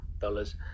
dollars